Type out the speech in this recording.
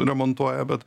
remontuoja bet